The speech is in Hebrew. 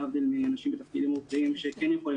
להבדיל מאנשים בתפקידים עורפיים שכן יכולים